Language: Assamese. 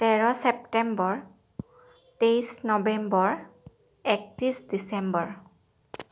তেৰ ছেপ্টেম্বৰ তেইশ নৱেম্বৰ একত্ৰিছ ডিচেম্বৰ